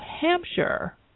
Hampshire